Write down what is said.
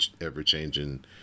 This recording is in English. ever-changing